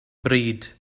breed